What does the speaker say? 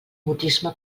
mutisme